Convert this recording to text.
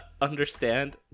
understand